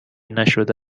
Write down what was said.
نشده